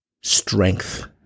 strength